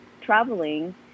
traveling